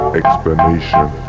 explanation